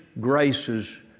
graces